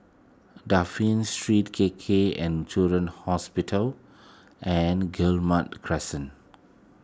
Dafne Street K K and Children's Hospital and Guillemard Crescent